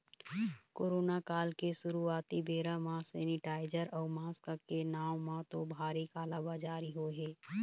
corona काल के शुरुआती बेरा म सेनीटाइजर अउ मास्क के नांव म तो भारी काला बजारी होय हे